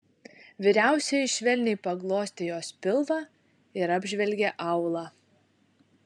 vyriausioji švelniai paglostė jos pilvą ir apžvelgė aulą